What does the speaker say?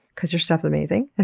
because your stuff's amazing.